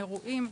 אירועים,